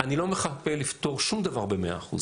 אני לא מחכה לפתור שום דבר במאה אחוז,